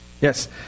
Yes